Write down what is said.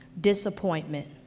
Disappointment